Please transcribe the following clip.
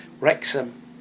Wrexham